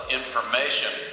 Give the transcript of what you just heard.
information